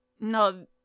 no